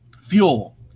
Fuel